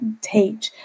teach